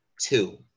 two